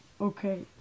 Okay